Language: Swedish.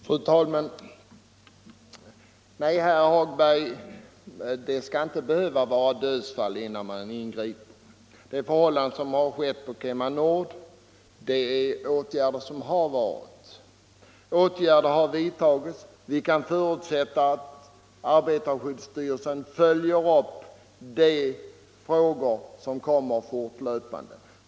Fru talman! Nej, herr Hagberg i Borlänge, det skall inte behöva inträffa dödsfall innan man ingriper. De förhållanden som rådde på KemaNord har redan blivit föremål för åtgärder, och vi kan förutsätta att arbetarskyddsstyrelsen fortlöpande följer de frågor som kommer upp.